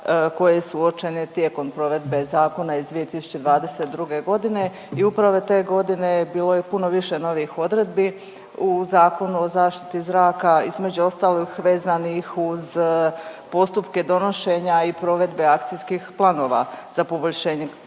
koje su uočene tijekom provedbe zakona iz 2022. g. i upravo te godine bilo je puno više novih odredbi u Zakonu o zaštiti zraka, između ostalog, vezanih uz postupke donošenja i provedbe akcijskih planova za poboljšanje